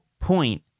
Point